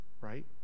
right